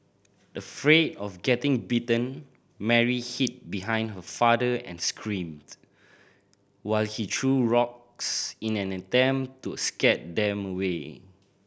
afraid of getting bitten Mary hid behind her father and screamed while he threw rocks in an attempt to scare them away